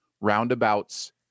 Roundabouts